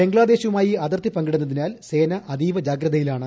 ബംഗ്ലാദേശുമായി അതിർത്തി പങ്കിടുന്നതിനാൽ സേന അതീവ ജാഗ്രതയിലാണ്